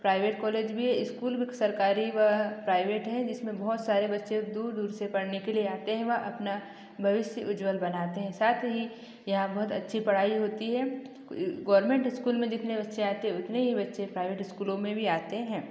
private college भी है school सरकारी व प्राइवेट है जिसमें बहुत सारे बच्चे दूर दूर से पढ़ने के लिए आते हैं व अपना भविष्य उज्ज्वल बनाते हैं साथ ही यहाँ बहुत अच्छी पढ़ाई होती है गोभर्मेंट स्कूल में जितने बच्चे आते हैं उतने ही बच्चे प्राइवेट स्कूलों में भी आते हैं